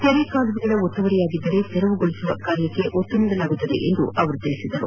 ಕೆರೆ ಕಾಲುವೆಗಳ ಒತ್ತುವರಿಯಾಗಿದ್ದರೆ ತೆರವುಗೊಳಿಸುವ ಕಾರ್ಯಕ್ಕೆ ಒತ್ತು ನೀಡಲಾಗುವುದು ಎಂದು ಅವರು ಹೇಳಿದರು